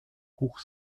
hoch